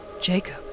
Jacob